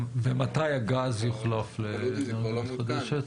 ומתי הגז יוחלף לאנרגיה מתחדשת?